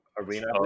Arena